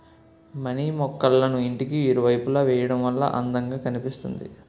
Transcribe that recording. money మొక్కళ్ళను ఇంటికి ఇరువైపులా వేయడం వల్ల అందం గా కనిపిస్తుంది